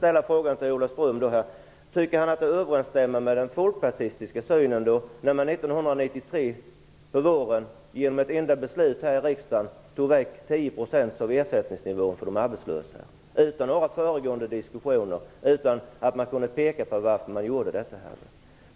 Tycker Ola Ström att det överensstämde med den folkpartistiska synen när man på våren 1993 genom ett enda beslut här i riksdagen tog bort 10 % av ersättningen för de arbetslösa - utan några föregående diskussioner och utan att man kunde peka på varför man gjorde det? Att